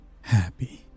Happy